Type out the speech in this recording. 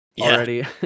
already